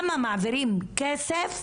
מתי מעבירים כסף,